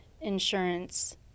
insurance